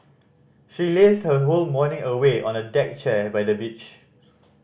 she lazed her whole morning away on a deck chair by the beach